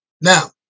Now